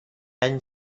any